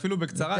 אפילו בקצרה.